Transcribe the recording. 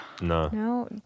no